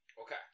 Okay